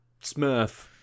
Smurf